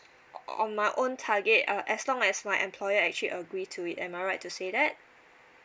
on my own target uh as long as my employer actually agree to it am I right to say that